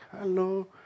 hello